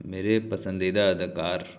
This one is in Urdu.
میرے پسندیدہ اداکار